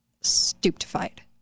stupefied